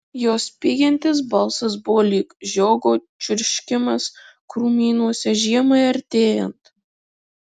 jos spiegiantis balsas buvo lyg žiogo čirškimas krūmynuose žiemai artėjant